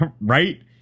Right